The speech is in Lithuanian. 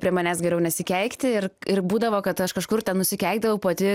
prie manęs geriau nesikeikti ir ir būdavo kad aš kažkur ten nusikeikdavau pati